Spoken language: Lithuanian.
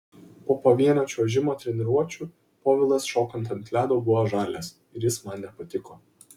po pavienio čiuožimo treniruočių povilas šokant ant ledo buvo žalias ir jis man nepatiko